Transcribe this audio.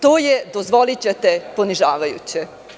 To je, dozvolićete, ponižavajuće.